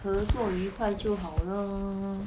合作愉快就好 lor